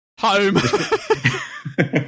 Home